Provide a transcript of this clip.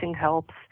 helps